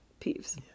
peeves